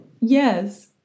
yes